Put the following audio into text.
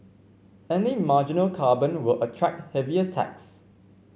any marginal carbon will attract heavier tax